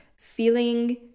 feeling